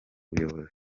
buyobozi